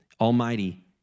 almighty